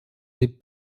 n’est